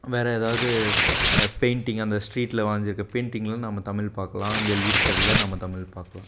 வேறு ஏதாவது பெயிண்டிங் அந்த ஸ்ட்ரீட்டில் வரைஞ்சிருக்கிற பெயிண்டிங்லலாம் நம்ம தமிழ் பார்க்கலாம் இங்கே எழுதிருக்குறல நம்ம தமிழ் பார்க்கலாம்